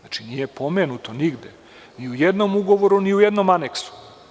Nije pomenuto nigde, ni u jednom ugovoru, ni u jednom aneksu.